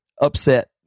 upset